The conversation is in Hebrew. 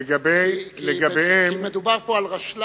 כי מדובר פה על רשלן,